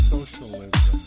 Socialism